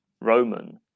Roman